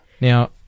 Now